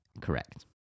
Correct